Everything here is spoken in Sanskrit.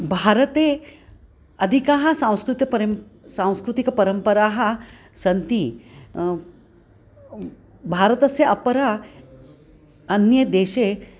भारते अधिकाः सांस्कृतिकाः परम्पराः सांस्कृतिकपरम्पराः सन्ति भारतस्य अपरा अन्ये देशे